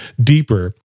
deeper